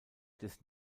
des